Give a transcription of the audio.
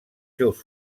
seus